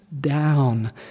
down